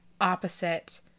opposite